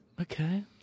Okay